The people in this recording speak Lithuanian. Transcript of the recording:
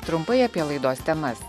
trumpai apie laidos temas